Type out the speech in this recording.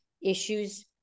issues